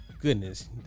Goodness